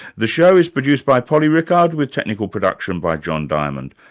the show is produced by polly rickard with technical production by john diamond.